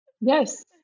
Yes